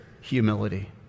humility